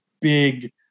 big